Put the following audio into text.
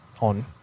on